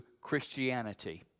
Christianity